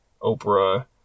Oprah